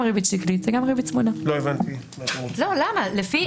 לא הבנתי מה אתם רוצים.